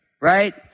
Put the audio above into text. right